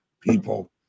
people